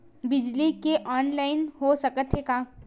बिजली के ऑनलाइन हो सकथे का?